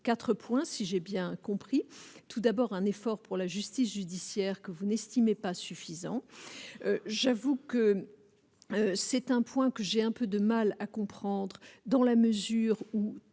4 points si j'ai bien compris tout d'abord un effort pour la justice judiciaire que vous n'estimez pas suffisant, j'avoue que c'est un point que j'ai un peu de mal à comprendre dans la mesure où